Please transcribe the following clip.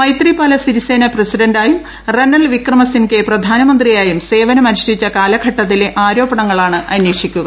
മൈത്രിപാല സിരിസേന പ്രസിഡന്റായും റനൽ വിക്രമ സിൻകെ പ്രധാനമന്ത്രിയായും സേവനം അനുഷ്ഠിച്ച കാലഘട്ടത്തിലെ ആരോപണങ്ങളാണ് അന്വേഷിക്കുക